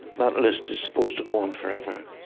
that list is supposed to go on forever,